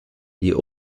die